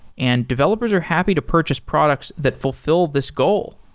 and developers are happy to purchase products that fulfill this goal.